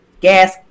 gas